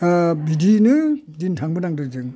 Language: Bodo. बिदियैनो दिन थांबोनांदों जों